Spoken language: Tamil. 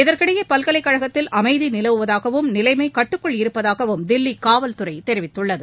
இதற்கிடையே பல்கலைக் கழகத்தில் அமைதி நிலவுவதாகவும் நிலைமம கட்டுக்குள் இருப்பதாகவும் தில்லி காவல்துறை தெரிவித்துள்ளது